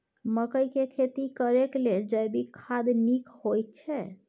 मकई के खेती करेक लेल जैविक खाद नीक होयछै?